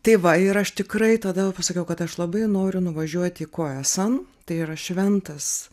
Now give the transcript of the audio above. tai va ir aš tikrai tada pasakiau kad aš labai noriu nuvažiuoti į kojasan tai yra šventas